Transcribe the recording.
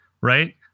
right